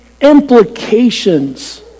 implications